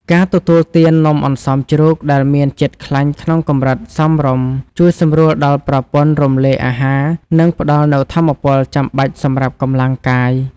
ការទទួលទាននំអន្សមជ្រូកដែលមានជាតិខ្លាញ់ក្នុងកម្រិតសមរម្យជួយសម្រួលដល់ប្រព័ន្ធរំលាយអាហារ និង ផ្ដល់នូវថាមពលចាំបាច់សម្រាប់កម្លាំងកាយ។